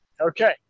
Okay